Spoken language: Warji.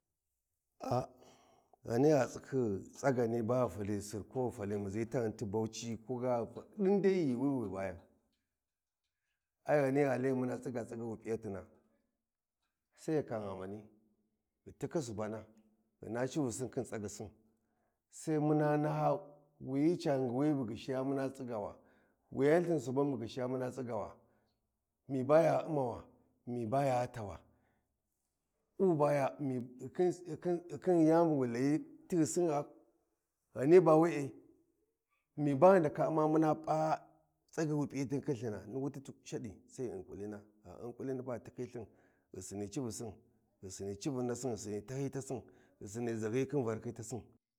﻿A ghani ghi tsikhi tsagani ghu fali Sir ko ghi fali muʒi taghun ti Bauchi koga hesitation ɗin dai Yuuwi wi ghi bayan ai ghani gha lai mun Isiga tsagi wi P’iyatina Sai ghi kan ghamani, ghi tikhi subana ghina civusin khin tsaghisin, sa muna naho wuyi ca nguwa bu gyishiya muna tsigawa, wuyan lthin suban bu gyishiya mun tsigawa? mi ba ya U’mawa? Mi baya tawa? Ku ba ya hesitation ghikhi yani bu wu layi tsighisin ghaa? Ghani ba we’e mi ba ghi ndaka U’ma mun p,a tsagi wi p’iyatin khin lthina? Ni wuti shadi, sai ghi u’n kulina, gha din kuhina ba ghi tikhi lthin ghi sini civusin, ghi sini civun nasi, ghisini tahiyi tasin ghi sini ʒhayi khin varakhi tasin.